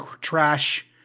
trash